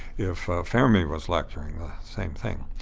if fermi was lecturing, the same thing.